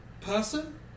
person